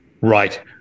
right